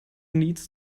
needs